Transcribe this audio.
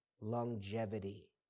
longevity